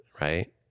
Right